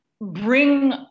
bring